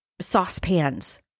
saucepans